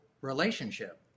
relationship